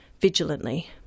vigilantly